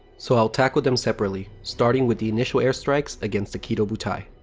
so, i'll tackle them separately starting with the initial air strikes against the kido butai.